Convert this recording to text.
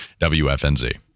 wfnz